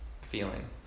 feeling